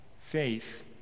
faith